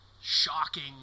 shocking